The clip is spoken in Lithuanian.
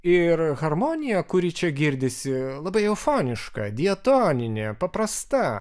ir harmonija kuri čia girdisi labai eufoniška diatoninė paprasta